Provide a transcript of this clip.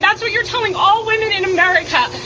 that's what you're telling all women in america,